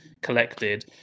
collected